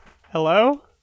hello